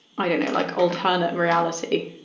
i don't know like alternate reality